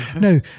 no